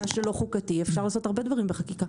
מה שלא חוקתי אפשר לעשות הרבה דברים בחקיקה.